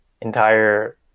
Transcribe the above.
entire